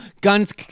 guns